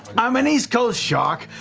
i'm an east coast shark,